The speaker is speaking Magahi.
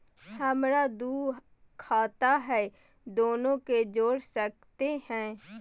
हमरा दू खाता हय, दोनो के जोड़ सकते है?